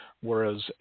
whereas